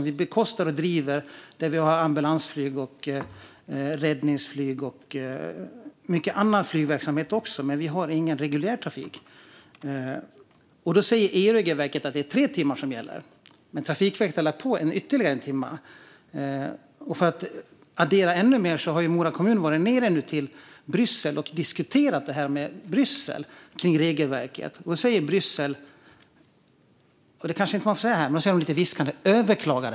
Vi bekostar och bedriver den för ambulansflyg, räddningsflyg och annan flygverksamhet, men vi har ingen reguljär trafik. EU-regelverket säger att det är tre timmar som gäller, men Trafikverket har lagt på ytterligare en timme. Mora kommun har varit nere i Bryssel och diskuterat detta, och där säger man att Mora kommun ska överklaga.